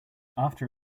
after